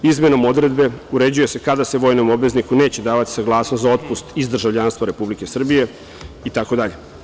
Izmenom odredbe uređuje se kada se vojnom obvezniku neće davati saglasnost za otpust iz državljanstva Republike Srbije itd.